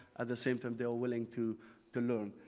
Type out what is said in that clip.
at the same time they are willing to to learn.